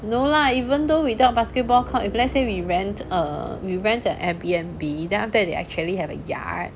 no lah even though without basketball court if let's say we rent err we rent a airbnb then after that they actually have a yard